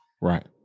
Right